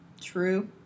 True